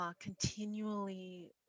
continually